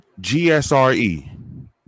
GSRE